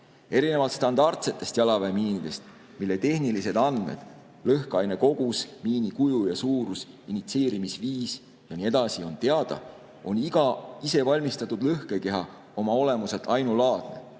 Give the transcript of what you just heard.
Erinevalt standardsetest jalaväemiinidest, mille tehnilised andmed – lõhkeaine kogus, miini kuju ja suurus, initsieerimisviis ja nii edasi – on teada, on iga isevalmistatud lõhkekeha oma olemuselt ainulaadne.